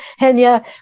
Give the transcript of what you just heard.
Henya